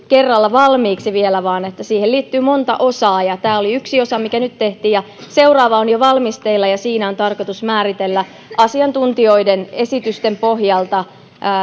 vielä kerralla valmiiksi vaan siihen liittyy monta osaa ja tämä oli yksi osa mikä nyt tehtiin ja seuraava on jo valmisteilla siinä on tarkoitus määritellä asiantuntijoiden esitysten pohjalta